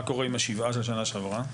מה קורה עם השבעה של שנה שעברה?